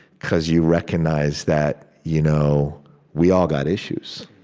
because you recognize that you know we all got issues